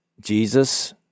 Jesus